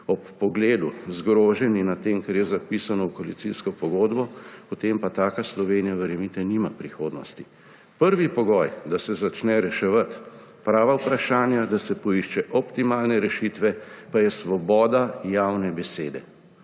ob pogledu, zgroženi nad tem, kar je zapisano v koalicijsko pogodbo, potem pa taka Slovenija, verjemite, nima prihodnosti. Prvi pogoj, da se začne reševati prava vprašanja, da se poišče optimalne rešitve, pa je svoboda javne besede.